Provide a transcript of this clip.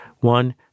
one